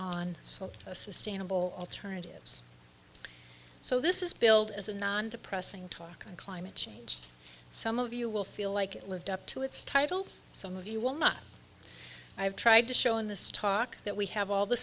on a sustainable alternatives so this is billed as a non depressing talk on climate change some of you will feel like it lived up to its title some of you will not i have tried to show in this talk that we have all the